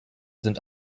sind